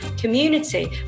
community